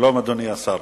השר